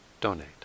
donate